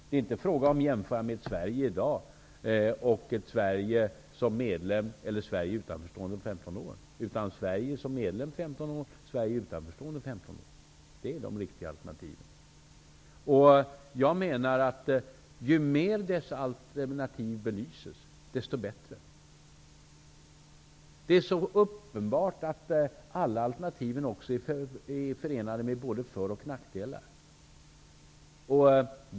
Det är inte fråga om att jämföra ett Sverige av i dag med ett Sverige som är medlem eller ett Sverige som är utanförstående om 15 år. De riktiga alternativen är Sverige som medlem om 15 år och ett utanförstående Sverige om 15 år. Ju mer dessa alternativ belyses, desto bättre. Det är så uppenbart att alla alternativen är förenade med både för och nackdelar.